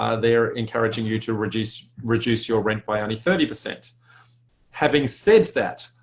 ah they're encouraging you to reduce reduce your rent by only thirty percent having said that,